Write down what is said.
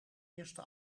eerste